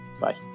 Bye